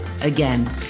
again